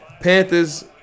Panthers